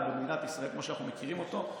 במדינת ישראל כמו שאנחנו מכירים אותו,